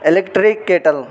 electric kettle